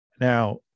Now